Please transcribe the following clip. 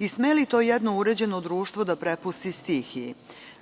i sme li to jedno uređeno društvo da prepusti stihiji?